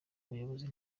buyobozi